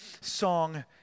song